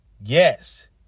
Yes